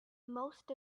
most